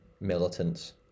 militants